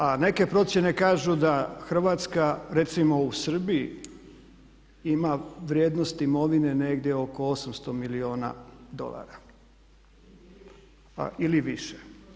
A neke procjene kažu da Hrvatska recimo u Srbiji ima vrijednost imovine negdje oko 800 milijuna dolara ili više.